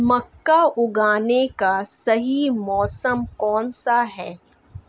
मक्का उगाने का सही मौसम कौनसा है?